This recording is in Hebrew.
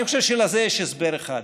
אני חושב שיש הסבר אחד,